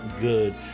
good